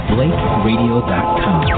BlakeRadio.com